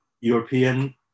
European